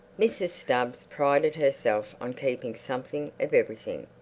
mrs. stubbs prided herself on keeping something of everything.